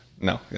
No